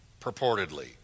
purportedly